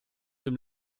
dem